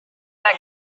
that